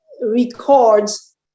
records